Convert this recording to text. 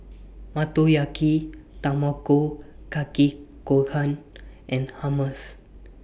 Motoyaki Tamago Kake Gohan and Hummus